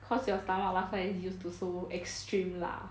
cause your stomach last time is used to so extreme 辣